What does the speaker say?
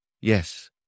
Yes